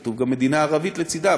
כתוב גם "מדינה ערבית לצדה",